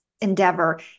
endeavor